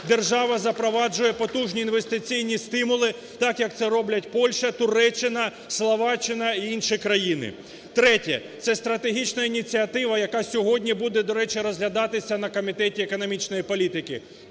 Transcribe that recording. держава запроваджує потужні інвестиційні стимули, так як це роблять Польща, Туреччина, Словаччина і інші країни. Третє. Це стратегічна ініціатива, яка сьогодні буде, до речі, розглядатися на Комітеті економічної політики.